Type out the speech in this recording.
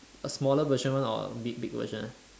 a smaller version one or big big version one